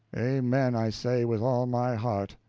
amen, i say, with all my heart.